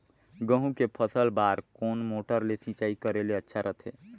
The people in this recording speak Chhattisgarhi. गहूं के फसल बार कोन मोटर ले सिंचाई करे ले अच्छा रथे?